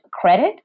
credit